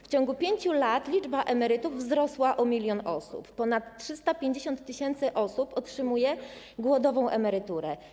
W ciągu 5 lat liczba emerytów wzrosła o 1 mln osób, a ponad 350 tys. osób otrzymuje głodowe emerytury.